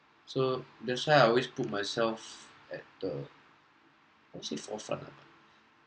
so that's why I always put myself at the actually forefront ah